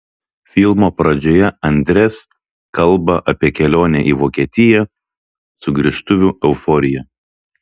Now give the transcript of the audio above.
filmo pradžioje andres kalba apie kelionę į vokietiją sugrįžtuvių euforiją